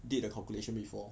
did the calculation before